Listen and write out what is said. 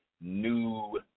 new